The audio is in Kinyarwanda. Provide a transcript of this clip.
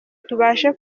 tubashe